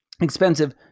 Expensive